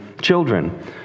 children